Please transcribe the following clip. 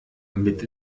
mit